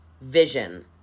vision